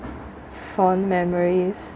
fond memories